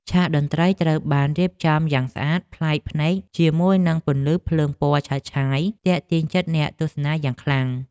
ឆាកតន្ត្រីត្រូវបានរៀបចំយ៉ាងស្អាតប្លែកភ្នែកជាមួយនឹងពន្លឺភ្លើងពណ៌ឆើតឆាយទាក់ទាញចិត្តអ្នកទស្សនាយ៉ាងខ្លាំង។